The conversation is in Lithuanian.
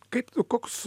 kaip tu koks